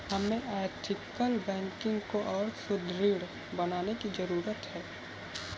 हमें ethical banking को और सुदृढ़ बनाने की जरूरत है